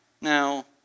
Now